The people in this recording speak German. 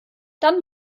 dann